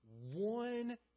one